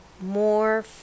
more